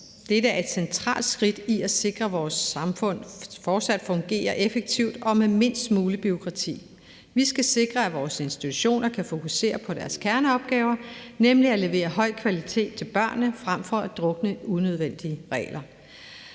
Dette er et centralt skridt for at sikre, at vores samfund fortsat fungerer effektivt og med mindst muligt bureaukrati. Vi skal sikre, at vores institutioner kan fokusere på deres kerneopgaver, nemlig at levere høj kvalitet til børnene frem for at drukne i unødvendige regler.